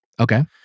Okay